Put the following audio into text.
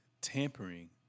tampering